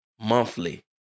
monthly